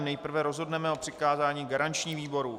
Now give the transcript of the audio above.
Nejprve rozhodneme o přikázání garančnímu výboru.